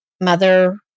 mother